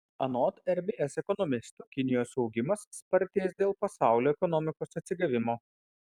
anot rbs ekonomistų kinijos augimas spartės dėl pasaulio ekonomikos atsigavimo